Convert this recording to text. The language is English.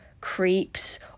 creeps